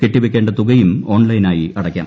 കെട്ടിവെയ്ക്കേണ്ട തുകയും ഓൺലൈനായി അടയ്ക്കാം